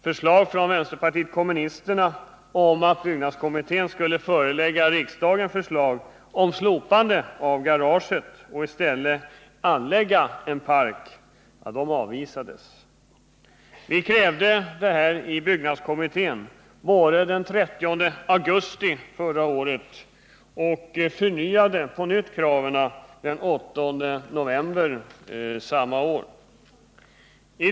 Förslag från vänsterpartiet kommunisterna att byggnadskommittén skulle förelägga riksdagen förslag om ett slopande av garaget och i stället anlägga en park avvisades. Detta krävde vi i byggnadskommittén den 30 augusti förra året, och vi förnyade kravet den 8 november samma år.